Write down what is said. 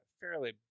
fairly